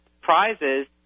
prizes